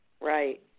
Right